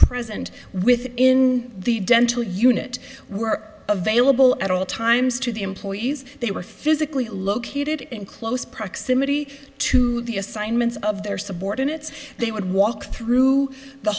present with the dental unit were available at all times to the employees they were physically located in close proximity to the assignments of their subordinates they would walk through the